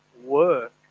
work